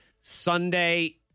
sunday